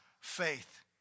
faith